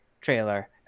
trailer